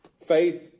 faith